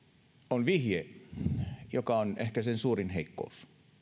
on vihje joka on ehkä sen suurin heikkous